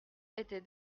étaient